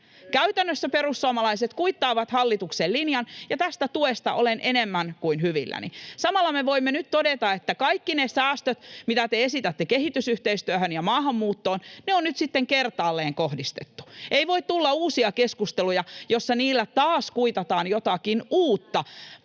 Käytännössä perussuomalaiset kuittaavat hallituksen linjan, ja tästä tuesta olen enemmän kuin hyvilläni. Samalla me voimme nyt todeta, että kaikki ne säästöt, mitä te esitätte kehitysyhteistyöhön ja maahanmuuttoon, on nyt sitten kertaalleen kohdistettu. Ei voi tulla uusia keskusteluja, joissa niillä taas kuitataan jotakin uutta,